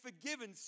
forgiven